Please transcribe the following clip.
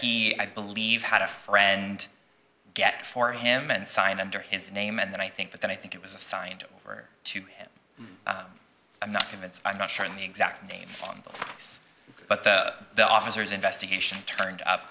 he i believe had a friend get it for him and sign under his name and then i think but then i think it was assigned to him i'm not convinced i'm not sure in the exact name wrong but the the officers investigation turned up